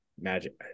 Magic